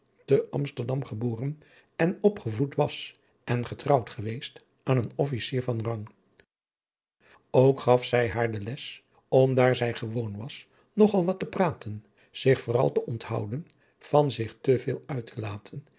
te amsterdam geboren en opgevoed was en getrouwd geweest aan een officier van rang ook gaf zij haar de les om daar zij gewoon was nog al wat te praten zich vooral te onthouden van zich te veel uit te laten